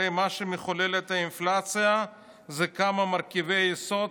הרי מה שמחוללת האינפלציה זה כמה מרכיבי יסוד,